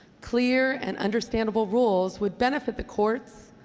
clear and understandable rules would benefit the courts,